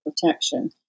protection